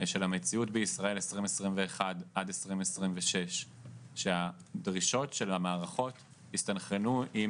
של המציאות בישראל 2026-221 שהדרישות של המערכות יסתנכרנו עם